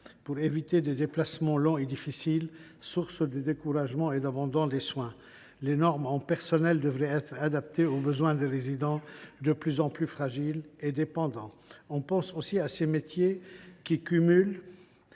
d’éviter des déplacements longs et difficiles, sources de découragement et d’abandon des soins. Les normes en matière de personnel requis devraient être adaptées aux besoins des résidents, de plus en plus fragiles et dépendants. On pense également aux métiers qui cumulent